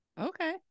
Okay